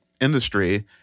industry